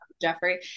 Jeffrey